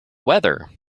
weather